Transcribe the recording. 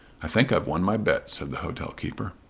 i think i've won my bet, said the hotel-keeper.